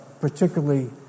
particularly